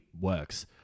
works